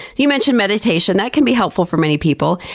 you mentioned mediation. that can be helpful for many people.